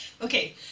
Okay